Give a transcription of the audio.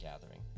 gathering